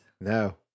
No